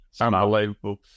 Unbelievable